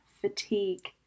fatigue